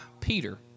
Peter